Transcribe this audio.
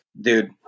Dude